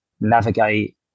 navigate